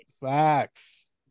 Facts